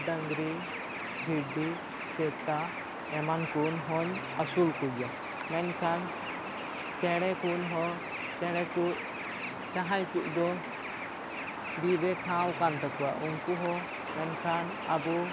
ᱰᱟᱝᱨᱤ ᱵᱷᱤᱰᱤ ᱥᱮᱛᱟ ᱮᱢᱟᱱ ᱠᱩᱱ ᱦᱚᱧ ᱟᱥᱩᱞ ᱠᱚ ᱜᱮᱭᱟ ᱢᱮᱱᱠᱷᱟᱱ ᱪᱮᱬᱮ ᱠᱚᱦᱚᱸ ᱪᱮᱬᱮ ᱠᱚ ᱡᱟᱦᱟᱭ ᱠᱩᱡ ᱫᱚ ᱵᱤᱨ ᱨᱮ ᱴᱷᱟᱶ ᱠᱟᱱ ᱛᱟᱠᱚᱣᱟ ᱩᱱᱠᱩ ᱦᱚᱸ ᱢᱮᱱᱠᱷᱟᱱ ᱟᱵᱚ